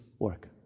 work